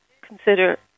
consider